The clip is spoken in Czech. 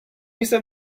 jsem